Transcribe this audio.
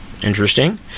interesting